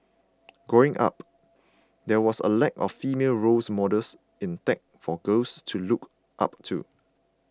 growing up there was a lack of female roles models in tech for girls to look up to